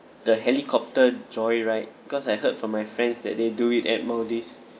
the helicopter joyride cause I heard from my friends that they do it at maldives